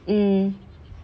mm